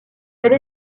elle